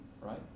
Right